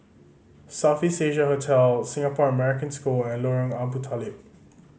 South East Asia Hotel Singapore American School and Lorong Abu Talib